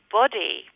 body